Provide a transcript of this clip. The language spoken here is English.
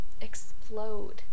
explode